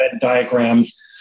diagrams